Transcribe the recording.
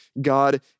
God